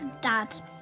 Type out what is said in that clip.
dad